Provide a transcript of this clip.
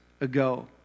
ago